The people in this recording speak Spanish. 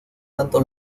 tanto